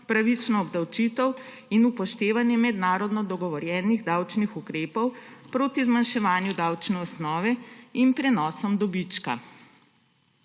pravična obdavčitev in upoštevanje mednarodno dogovorjenih davčnih ukrepov proti zmanjševanju davčne osnove in prenosom dobička.